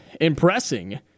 impressing